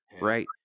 right